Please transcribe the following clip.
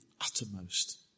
uttermost